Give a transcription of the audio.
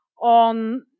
on